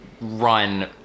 run